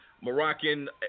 Moroccan